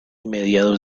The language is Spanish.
mediados